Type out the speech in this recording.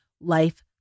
life